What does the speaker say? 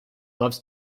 loves